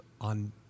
on